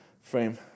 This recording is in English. frame